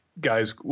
guys